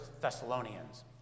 Thessalonians